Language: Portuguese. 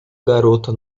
garota